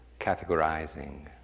categorizing